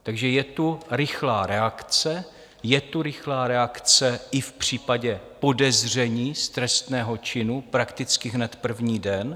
Takže je tu rychlá reakce, je tu rychlá reakce i v případě podezření z trestného činu prakticky hned první den.